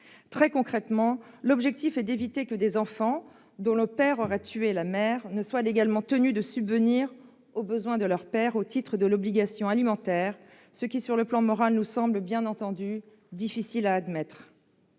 Très concrètement, l'objectif est d'éviter que des enfants dont le père aurait tué la mère ne soient légalement tenus de subvenir aux besoins de leur père au titre de l'obligation alimentaire, ce qui, sur le plan moral, nous semble, bien entendu, difficile à admettre.